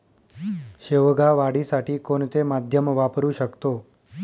शेवगा वाढीसाठी कोणते माध्यम वापरु शकतो?